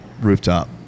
rooftop